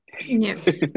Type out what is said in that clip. Yes